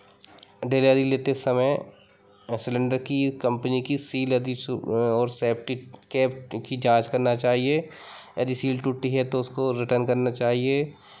delivery लेते समय cylinder की कम्पनी की सील यदि और सेफ़्टी कैप की जाँच करना चाहिए यदि सील टूटी है तो उसको रिटर्न करना चाहिए